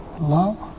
love